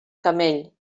camell